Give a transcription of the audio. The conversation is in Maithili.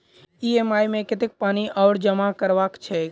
ई.एम.आई मे कतेक पानि आओर जमा करबाक छैक?